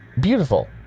Beautiful